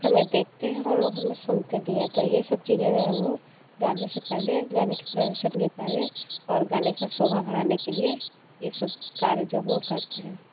हमें देखते हैं और लोग हमें सुनते भी हैं तो ये सब चीज़ें में हमें लोग गाने से पहले गाने के प्रदर्शन के पहले और गाने का शोभा बढ़ाने के लिए ये सब कार्य जो हम लोग करते हैं